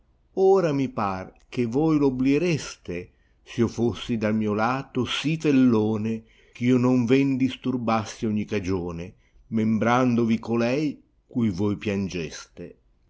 ora mi par che voi v obbliereste smo fossi dal mio lato si fellone gh io non ven disturbassi ogni cagione membrandovi colei cui voi piangeste